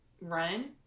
run